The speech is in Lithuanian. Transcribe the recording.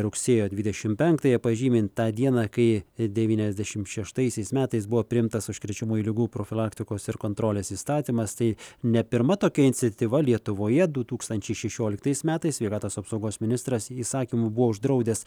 rugsėjo dvidešim penktąją pažymint tą dieną kai devyniasdešim šeštaisiais metais buvo priimtas užkrečiamųjų ligų profilaktikos ir kontrolės įstatymas tai ne pirma tokia iniciatyva lietuvoje du tūkstančiai šešioliktais metais sveikatos apsaugos ministras įsakymu buvo uždraudęs